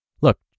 Look